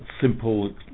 simple